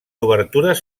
obertures